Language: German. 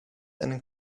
einen